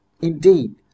Indeed